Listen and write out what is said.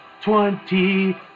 Twenty